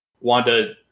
Wanda